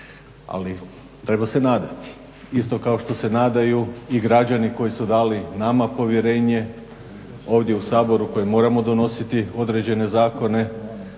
ali treba se nadati. Isto kao što se nadaju i građani koji su dali nama povjerenje ovdje u Saboru koji moramo donositi određene zakone,